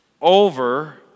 over